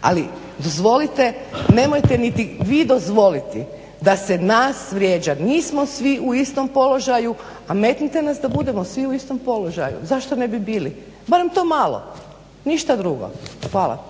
Ali dozvolite nemojte niti vi dozvoliti da se nas vrijeđa. Nismo svi u istom položaju, a metnite nas da svi budemo u istom položaju. Zašto ne bi bili? Barem to malo, ništa drugo. Hvala.